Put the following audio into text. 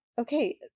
okay